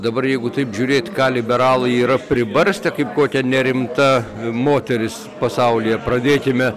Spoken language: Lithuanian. dabar jeigu taip žiūrėt ką liberalai yra pribarstę kaip kokia nerimta moteris pasaulyje pradėkime